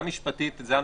זה הנוסח.